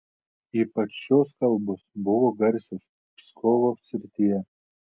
ypač šios kalbos buvo garsios pskovo srityje